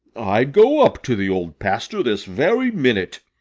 i'd go up to the old pasture this very minute.